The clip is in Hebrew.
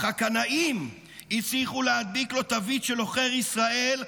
אך הקנאים הצליחו להדביק לו תווית של עוכר ישראל,